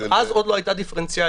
אז עוד לא הייתה דיפרנציאליות.